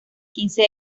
quince